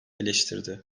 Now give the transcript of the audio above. eleştirdi